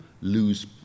lose